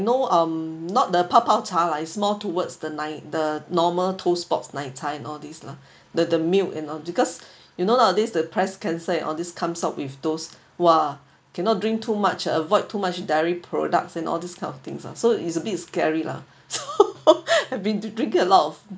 no um not the 泡泡茶 lah is more towards the 奶 the normal Toast Box 奶茶 and all these lah the the milk and all because you know nowadays the breast cancer and all these comes out with those !wah! cannot drink too much avoid too much dairy products and all this kind of things lah so it's a bit scary lah so I've been drinking a lot of